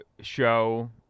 show